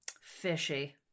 Fishy